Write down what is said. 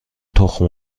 تخم